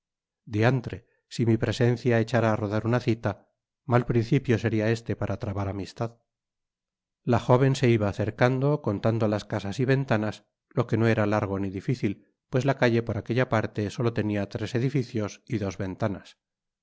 diantre si mi presencia echara á rodar una cita mal principio seria este para trabar amistad la jóven se iba acercando contando las casas y ventanas lo que no era largo ni difícil pues la calle por aquella parte solo tenia tres edificios y dos ventanas